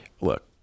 Look